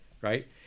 right